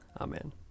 Amen